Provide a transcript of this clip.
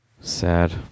Sad